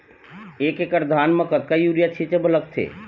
एक एकड़ धान म कतका यूरिया छींचे बर लगथे?